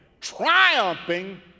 triumphing